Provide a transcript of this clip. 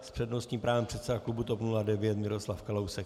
S přednostním právem předseda klubu TOP 09 Miroslav Kalousek.